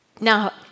Now